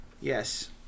Yes